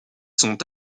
sont